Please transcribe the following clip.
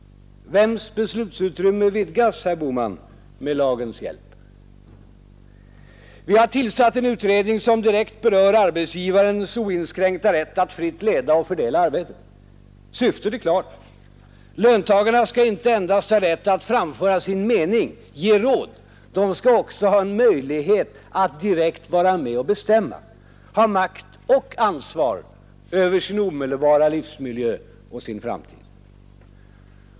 Vems beslutsutrymme vidgas, herr Bohman, med lagens hjälp? Vi har tillsatt en utredning som direkt berör arbetsgivarens oinskränkta rätt att fritt leda och fördela arbetet. Syftet är klart: löntagarna skall inte endast ha rätt att framföra sin mening, ge råd. De skall också ha möjlighet att direkt vara med och bestämma, ha makt och ansvar över sin omedelbara livsmiljö och sin framtid.